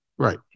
right